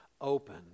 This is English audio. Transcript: open